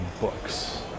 books